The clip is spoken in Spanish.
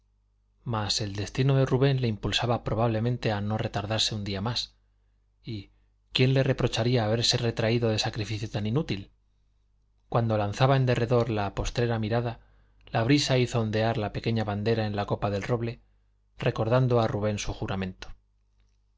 mas el destino de rubén le impulsaba probablemente a no retardarse un día más y quién le reprocharía haberse retraído de sacrificio tan inútil cuando lanzaba en derredor la postrera mirada la brisa hizo ondear la pequeña bandera en la copa del roble recordando a rubén su juramento